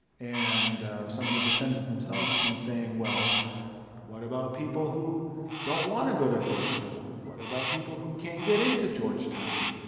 and some of the descendants themselves have been saying, well what about people who don't want to go to georgetown? what about people who can't get into georgetown?